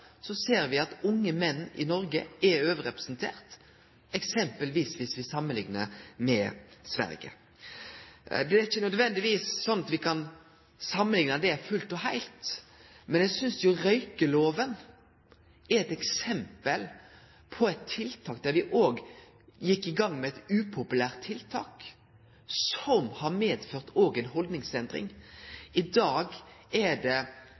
så ser me at unge menn i Noreg er overrepresenterte. Det er ikkje nødvendigvis sånn at me kan samanlikne dette fullt og heilt, men eg synest røykjelova er eit eksempel på eit tiltak der me òg gjekk i gang med eit upopulært tiltak som har ført med seg ei haldningsendring. I dag er det